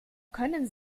können